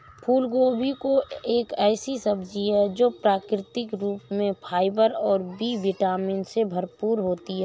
फूलगोभी एक ऐसी सब्जी है जो प्राकृतिक रूप से फाइबर और बी विटामिन से भरपूर होती है